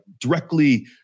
directly